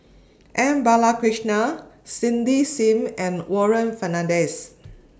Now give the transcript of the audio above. M Balakrishnan Cindy SIM and Warren Fernandez